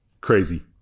Crazy